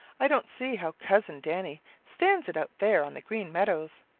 i don't see how cousin danny stands it out there on the green meadows.